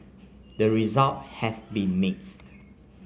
the results have been mixed